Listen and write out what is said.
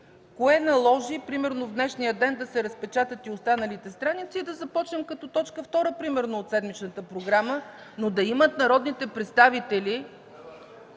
Кое наложи примерно в днешния ден да се разпечатат и останалите страници и да започнем като точка втора от седмичната програма? Но да имат народните представители